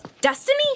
destiny